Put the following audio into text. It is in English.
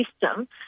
system